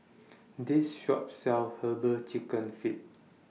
This Shop sells Herbal Chicken Feet